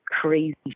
crazy